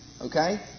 Okay